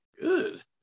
good